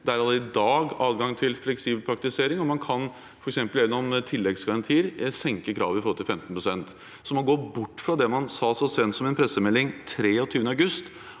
er allerede i dag adgang til fleksibel praktisering, og man kan – f.eks. gjennom tilleggsgarantier – senke kravet om 15 pst. Man går bort fra det man sa så sent som i en pressemelding 23. august,